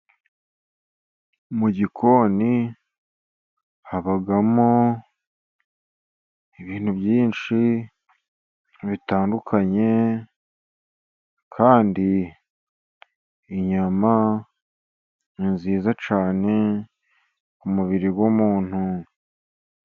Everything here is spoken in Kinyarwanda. Mu gikoni habamo ibintu byinshi bitandukanye, kandi inyama ni nziza cyane mu mubiri w'umuntu.